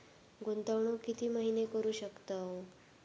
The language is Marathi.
गुंतवणूक किती महिने करू शकतव?